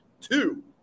two